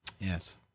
Yes